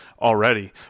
already